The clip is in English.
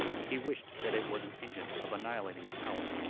he wished that it was an engine of annihilating power.